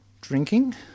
drinking